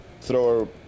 throw